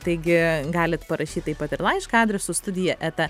taigi galit parašyt taip pat ir laišką adresu studija eta